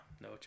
no